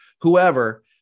whoever